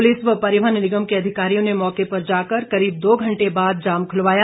police व परिवहन निगम के अधिकारियों ने मौके पर जाकर करीब दो घंटे बाद जाम खुलवाया